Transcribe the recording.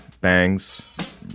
bangs